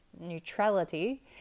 neutrality